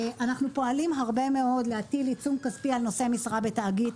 אנחנו פועלים הרבה מאוד להטיל עיצום כספי על נושא משרה בתאגיד.